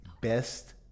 Best